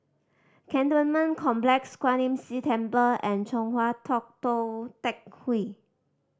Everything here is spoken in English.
Cantonment Complex Kwan Imm See Temple and Chong Hua Tong Tou Teck Hwee